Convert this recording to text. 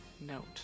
note